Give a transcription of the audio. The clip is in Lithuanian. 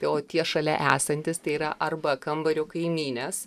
o tie šalia esantis tai yra arba kambario kaimynės